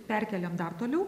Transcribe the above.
perkelėm dar toliau